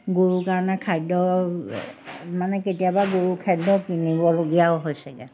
গৰুৰ কাৰণে খাদ্য মানে কেতিয়াবা গৰু খাদ্য কিনিবলগীয়াও হৈছেগৈ